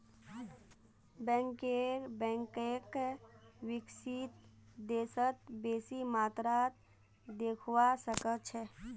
banker बैंकक विकसित देशत बेसी मात्रात देखवा सके छै